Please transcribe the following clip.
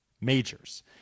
majors